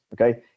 okay